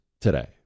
today